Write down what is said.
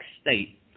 state